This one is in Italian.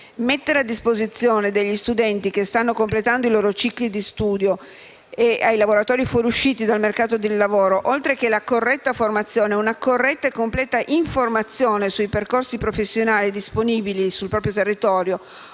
mettere a disposizione degli studenti che stanno completando i loro cicli di studio e dei lavoratori fuoriusciti dal mercato del lavoro, oltre che la corretta formazione, una corretta e completa informazione sui percorsi professionali disponibili sul proprio territorio,